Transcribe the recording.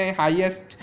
highest